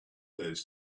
those